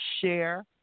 share